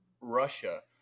Russia